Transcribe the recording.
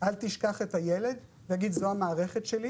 "אל תשכח את הילד" ויגיד שזו המערכת שלו